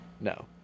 No